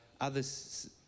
Others